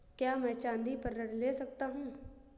क्या मैं चाँदी पर ऋण ले सकता हूँ?